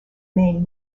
main